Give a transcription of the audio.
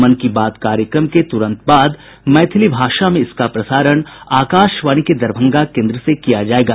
मन की बात कार्यक्रम के तुरंत बाद मैथिली भाषा में इसका प्रसारण आकाशवाणी के दरभंगा केन्द्र से किया जायेगा